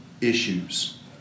issues